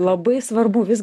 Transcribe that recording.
labai svarbu vis